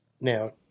now